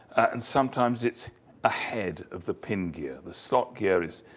and sometimes it's ahead of the pin gear. the slot gear is,